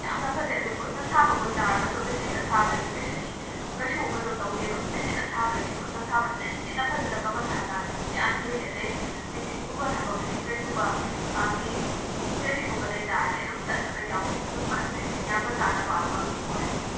ꯌꯥꯝꯅ ꯐꯖꯩ ꯑꯗꯣ ꯈꯨꯠꯅ ꯁꯥꯕ ꯑꯣꯏꯇꯔꯒꯁꯨ ꯃꯦꯆꯤꯟꯅ ꯁꯥꯕꯗꯒꯤ ꯀꯔꯤꯁꯨ ꯀꯩꯁꯨ ꯀꯩꯅꯣ ꯇꯧꯗꯦꯕ ꯃꯦꯆꯤꯟꯅ ꯁꯥꯕꯗꯒꯤ ꯈꯨꯠꯅ ꯁꯥꯕꯁꯤꯅ ꯍꯦꯟꯅ ꯐꯖꯔꯒ ꯃꯁꯥ ꯅꯥꯟꯕꯁꯨ ꯃꯌꯥꯝ ꯍꯦꯜꯂꯦ ꯑꯗꯒꯤ ꯑꯩ ꯁꯤꯒꯨꯝꯕ ꯊꯕꯛꯁꯤ ꯀꯔꯤꯒꯨꯝꯕ ꯃꯥꯒꯤ ꯇ꯭ꯔꯦꯅꯤꯡꯒꯨꯝꯕ ꯂꯩꯇꯔꯗꯤ ꯑꯗꯨꯝ ꯆꯠꯂꯒ ꯌꯥꯎꯒꯦꯁꯨ ꯑꯗꯨꯝ ꯈꯟꯖꯩ ꯁꯤ ꯌꯥꯝꯅ ꯀꯥꯟꯅꯕ ꯑꯃꯗꯤ ꯑꯣꯏ